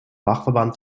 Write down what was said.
dachverband